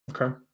Okay